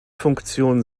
funktion